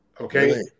okay